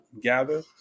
gather